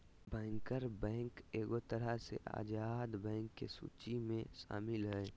banker bank एगो तरह से आजाद बैंक के सूची मे शामिल हय